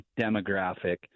demographic